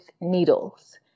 needles